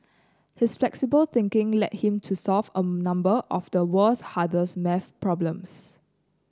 his flexible thinking led him to solve a number of the world's hardest maths problems